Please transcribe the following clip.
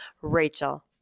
Rachel